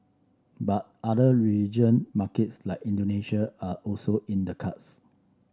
but other region markets like Indonesia are also in the cards